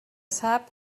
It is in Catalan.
sap